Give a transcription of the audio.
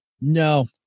No